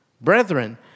brethren